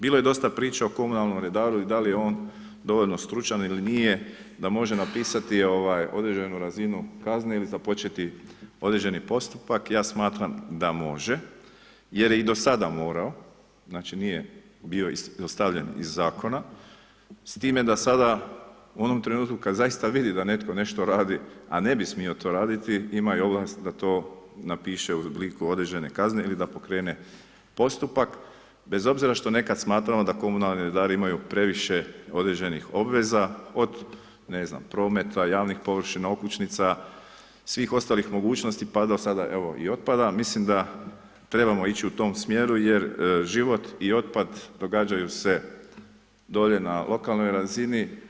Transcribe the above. Bilo je dosta priče o komunalnom redaru i da li je on dovoljno stručan ili nije, da može napisati određenu razinu kazne ili započeti određeni postupak, ja smatram da može jer je i do sada morao znači nije bio izostavljen iz zakona, s time da sada u onom trenutku kad zaista vidi da netko nešto radi, a ne bi smio to radi ima i ovlasti da to napiše u obliku određene kazne ili da pokrene postupak bez obzira što nekad smatramo da komunalni redari imaju previše određenih obveza, od ne znam prometa, javnih površina, okućnica, svih ostalih mogućnosti pa do sada evo i otpada, mislim da trebamo ići u tom smjeru jer život i otpad događaju se dolje na lokalnoj razini.